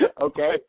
okay